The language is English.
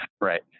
Right